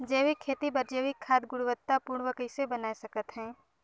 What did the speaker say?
जैविक खेती बर जैविक खाद गुणवत्ता पूर्ण कइसे बनाय सकत हैं?